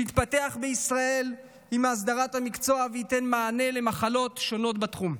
שיתפתח בישראל עם הסדרת המקצוע וייתן מענה למחלות שונות בתחום.